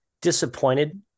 disappointed